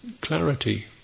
clarity